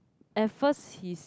at first his